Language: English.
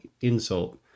insult